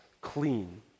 clean